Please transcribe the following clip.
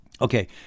Okay